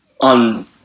on